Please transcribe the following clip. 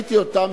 כשראיתי אותם,